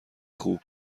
خوب